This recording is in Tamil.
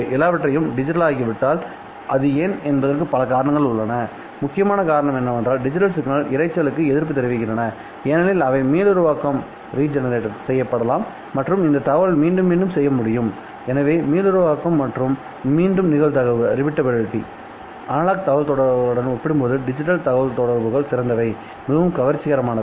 எல்லாவற்றையும் டிஜிட்டலாகிவிட்டால் அது ஏன் என்பதற்கு பல காரணங்கள் உள்ளன முக்கியமான காரணங்கள் என்னவென்றால் டிஜிட்டல் சிக்னல்கள் இரைச்சலுக்கு எதிர்ப்புத் தெரிவிக்கின்றன ஏனெனில் அவை மீளுருவாக்கம் செய்யப்படலாம் மற்றும் இந்த தகவலை மீண்டும் மீண்டும் செய்ய முடியும் எனவே இந்த மீளுருவாக்கம் மற்றும் மீண்டும் நிகழ்தகவு அனலாக் தகவல்தொடர்புகளுடன் ஒப்பிடும்போது டிஜிட்டல் தகவல்தொடர்புகள் சிறந்தவைமிகவும் கவர்ச்சிகரமானவை